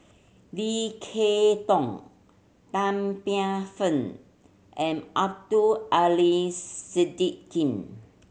Lim Kay Tong Tan Paey Fern and Abdul Aleem Siddique